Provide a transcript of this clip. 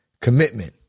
Commitment